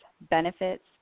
benefits